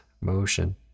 motion